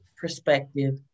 perspective